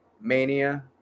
Mania